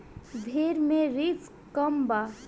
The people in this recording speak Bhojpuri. भेड़ मे रिस्क कम बा